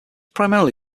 primarily